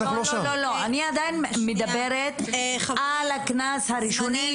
אני עדיין מדברת על הקנס הראשוני,